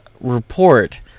report